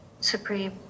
supreme